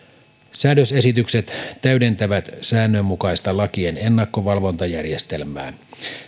säädösesitykset täydentävät säännönmukaista lakien ennakkovalvontajärjestelmää